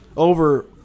Over